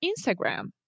Instagram